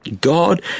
God